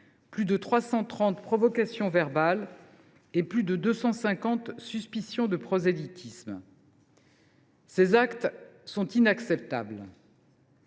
plus de 330 provocations verbales et plus de 250 suspicions de prosélytisme. Ces actes sont inacceptables.